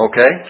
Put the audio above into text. Okay